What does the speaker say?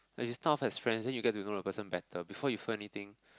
like you start off as friends then you get to know the person better before you feel anything